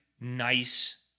nice